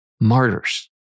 martyrs